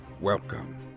Welcome